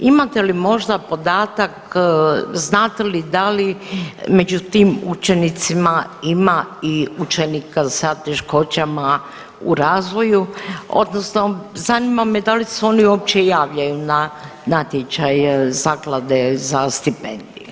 Imate li možda podatak, znate li da li među tim učenicima ima i učenika sa teškoćama u razvoju, odnosno zanima me da li se oni uopće javljaju na natječaje Zaklade za stipendije?